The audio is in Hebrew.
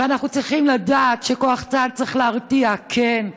ואנחנו צריכים לדעת שכוח צה"ל צריך להרתיע, כן.